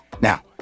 Now